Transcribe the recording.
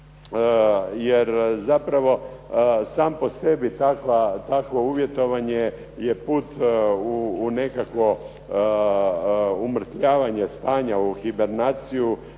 jer zapravo sam po sebi takvo uvjetovanje je put u nekakvo umrtvljavanje stanja u hibernaciju,